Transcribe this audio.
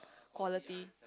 quality